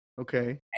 Okay